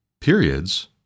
periods